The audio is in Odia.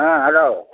ହଁ ହେଲୋ